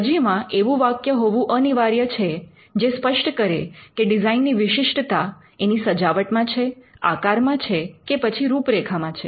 અરજીમાં એવું વાક્ય હોવું અનિવાર્ય છે જે સ્પષ્ટ કરે કે ડિઝાઇનની વિશિષ્ટતા એની સજાવટમાં છે આકારમાં છે કે પછી રૂપરેખામાં છે